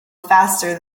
faster